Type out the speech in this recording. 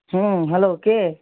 হ্যাঁ হ্যালো কে